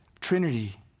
Trinity